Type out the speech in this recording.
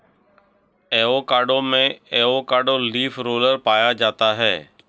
avocado में avocado leaf roller पाया जाता है